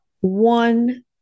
one